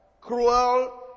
Cruel